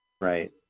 Right